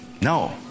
no